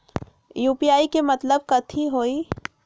UPI के मतलब कथी होई?